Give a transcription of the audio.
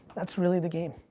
that's really the game.